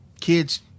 kids